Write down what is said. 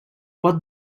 pot